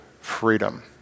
freedom